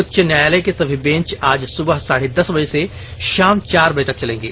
उच्च न्यायालय के सभी बेंच आज सुबह साढे दस बजे से षाम चार बजे तक चलेंगे